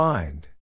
Find